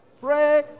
pray